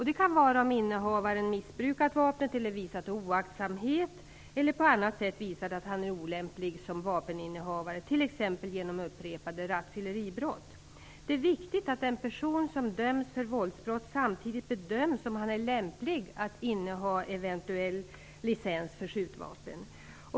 Det kan vara om innehavaren har missbrukat vapnet, visat oaktsamhet eller på annat sätt visat att han är olämplig som vapeninnehavare, t.ex. genom upprepade rattfylleribrott. Det är viktigt att den person som döms för våldsbrott samtidigt bedöms om han är lämplig att inneha eventuell licens för skjutvapen.